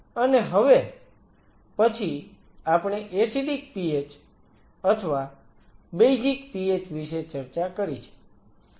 અને હવે પછી આપણે એસિડિક pH અથવા બેઈઝીક pH વિશે ચર્ચા કરી છે